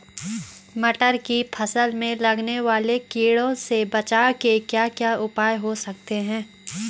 मटर की फसल में लगने वाले कीड़ों से बचाव के क्या क्या उपाय हो सकते हैं?